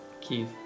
Keith